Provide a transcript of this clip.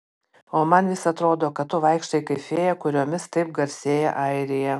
o man vis atrodo kad tu vaikštai kaip fėja kuriomis taip garsėja airija